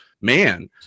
man